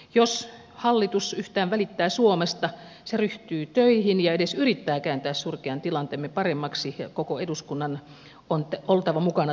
jos hallitus yhtään välittää suomesta se ryhtyy töihin ja edes yrittää kääntää surkean tilanteemme paremmaksi ja koko eduskunnan on oltava mukana tässä työssä